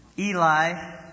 Eli